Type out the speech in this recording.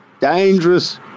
dangerous